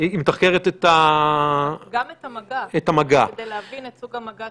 ראש הממשלה